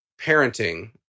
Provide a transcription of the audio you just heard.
parenting